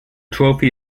trophy